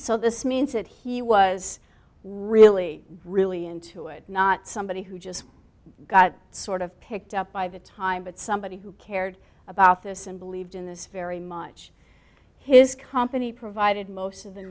so this means that he was really really into it not somebody who just got sort of picked up by the time but somebody who cared about this and believed in this very much his company provided most of the